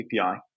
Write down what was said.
API